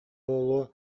буолуо